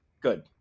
Good